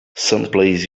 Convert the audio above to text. someplace